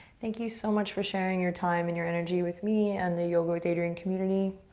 thank you so much for sharing your time and your energy with me and the yoga with adriene community.